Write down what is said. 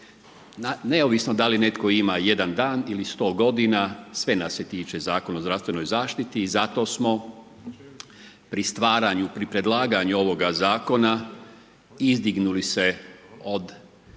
Neovisno da li netko ima jedan dan ili sto godina, sve nas se tiče Zakon o zdravstvenoj zaštiti i zato smo pri stvaranju, pri predlaganju ovoga Zakona izdignuli se od